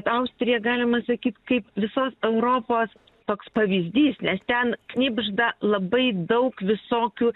austrija galima sakyt kaip visos europos toks pavyzdys nes ten knibžda labai daug visokių